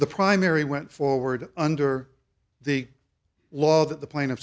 the primary went forward under the law that the pla